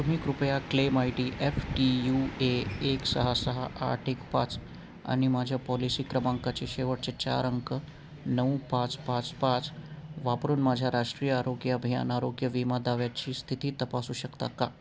तुम्ही कृपया claim I D F T U A एक सहा सहा आठ एक पाच आणि माझ्या पॉलिसी क्रमांकाचे शेवटचे चार अंक नऊ पाच पाच पाच वापरून माझ्या राष्ट्रीय आरोग्य अभियान आरोग्य विमा दाव्याची स्थिती तपासू शकता का